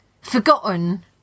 forgotten